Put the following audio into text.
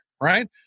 right